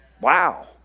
Wow